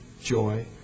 joy